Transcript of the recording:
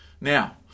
Now